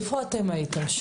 איפה אתם הייתם שם?